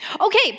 Okay